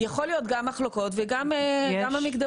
יכול להיות גם מחלוקות וגם המקדמות.